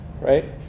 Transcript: right